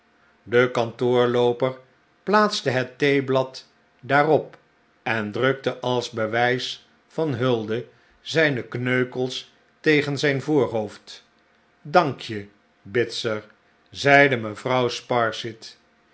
de kantoorlooper plaatste het theeblad daarop en drukte als bewijs van hulde zijne kneukels tegen zijn voorhoofd dankje bitzer zeide mevrouw